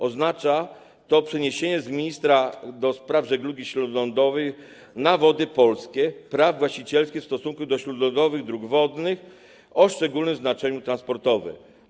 Oznacza to przeniesienie z ministra do spraw żeglugi śródlądowej na Wody Polskie praw właścicielskich w stosunku do śródlądowych dróg wodnych o szczególnym znaczeniu transportowym.